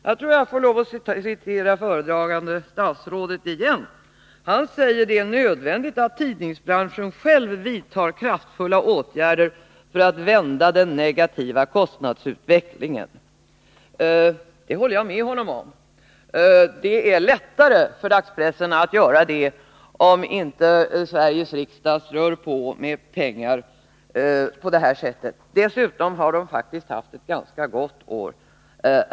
Jag får lov att citera föredragande statsrådet igen: ”Det är —-—-—- nödvändigt att tidningsbranschen själv vidtar kraftfulla åtgärder för att vända den negativa kostnadsutvecklingen ——-—.” Jag håller med statsrådet om det. Det är lättare för dagspressen att göra det om inte Sveriges riksdag strör ut pengar på detta sätt. Dessutom har pressen nu haft ett ganska gott år.